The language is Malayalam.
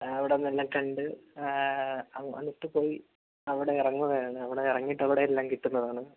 അവിടുന്നെല്ലാം കണ്ട് അങ്ങ് എന്നിട്ട് പോയി അവിടെ ഇറങ്ങുകയാണ് അവിടെ ഇറങ്ങിയിട്ട് അവിടെ എല്ലാം കിട്ടുന്നതാണ്